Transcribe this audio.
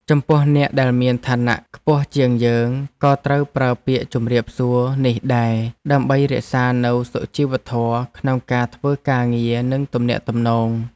ចំពោះអ្នកដែលមានឋានៈខ្ពស់ជាងយើងក៏ត្រូវប្រើពាក្យជម្រាបសួរនេះដែរដើម្បីរក្សានូវសុជីវធម៌ក្នុងការធ្វើការងារនិងទំនាក់ទំនង។